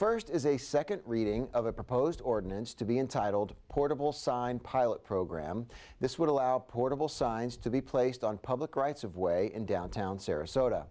first is a second reading of a proposed ordinance to be entitled portable sign pilot program this would allow portable signs to be placed on public rights of way in downtown sarasota